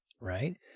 right